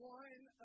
one